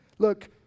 Look